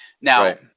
Now